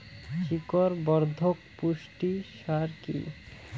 শিকড় বর্ধক পুষ্টি সার কি?